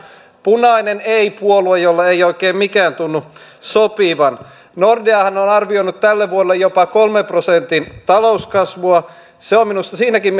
punainen ei puolue jolle ei oikein mikään tunnu sopivan nordeahan on arvioinut tälle vuodelle jopa kolmen prosentin talouskasvua se on minusta siinäkin